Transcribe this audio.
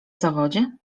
zawodzie